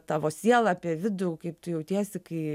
tavo sielą apie vidų kaip tu jautiesi kai